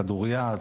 כדוריד,